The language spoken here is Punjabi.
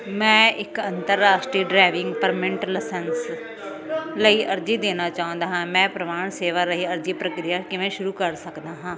ਮੈਂ ਇੱਕ ਅੰਤਰਰਾਸ਼ਟਰੀ ਡਰਾਈਵਿੰਗ ਪਰਮਿਟ ਲਾਇਸੈਂਸ ਲਈ ਅਰਜ਼ੀ ਦੇਣਾ ਚਾਹੁੰਦਾ ਹਾਂ ਮੈਂ ਪਰਿਵਾਹਨ ਸੇਵਾ ਰਾਹੀਂ ਅਰਜ਼ੀ ਪ੍ਰਕਿਰਿਆ ਕਿਵੇਂ ਸ਼ੁਰੂ ਕਰ ਸਕਦਾ ਹਾਂ